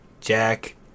Jack